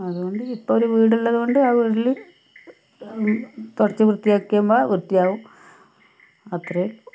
അതുകൊണ്ട് ഇപ്പം ഒരു വീടുള്ളതുകൊണ്ട് ആ വീട്ടില് തുടച്ചു വ്യത്തിയാക്കുമ്പോള് വ്യത്തിയാവും അത്രയേ ഉള്ളു